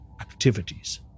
activities